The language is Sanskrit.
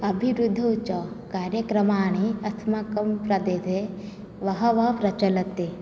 अभिवृद्धौ च कार्यक्रमाः अस्माकं प्रदेशे बहवः प्रचलन्ति